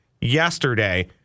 yesterday